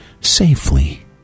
safely